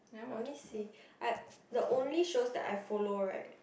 I only see I the only shows that I follow right